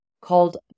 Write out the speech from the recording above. called